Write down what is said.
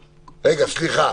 סליחה.